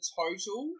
total